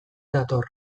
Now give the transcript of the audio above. dator